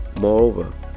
Moreover